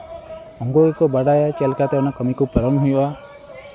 ᱩᱱᱠᱩ ᱜᱮᱠᱚ ᱵᱟᱰᱟᱭᱟ ᱪᱮᱫ ᱞᱮᱠᱟᱛᱮ ᱚᱱᱟ ᱠᱟᱹᱢᱤ ᱠᱚ ᱯᱟᱨᱚᱢ ᱦᱩᱭᱩᱜᱼᱟ